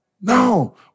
No